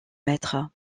maître